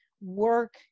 work